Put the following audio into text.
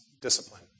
discipline